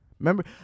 Remember